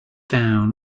down